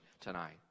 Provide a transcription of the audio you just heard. tonight